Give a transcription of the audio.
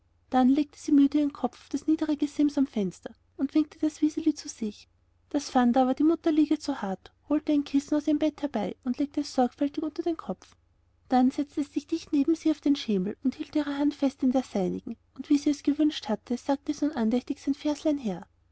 dann legte sie müde ihren kopf auf das niedere gesims am fenster und winkte das wiseli zu sich es fand aber da liege die mutter zu hart holte ein kissen aus ihrem bett herbei und legte es sorgfältig unter den kopf dann setzte es sich dicht neben sie auf den schemel und hielt ihre hand fest in der seinigen und wie sie gewünscht hatte sagte es nun andächtig sein verslein her